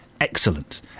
excellent